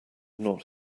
not